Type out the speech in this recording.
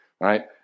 right